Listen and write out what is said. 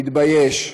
תתבייש.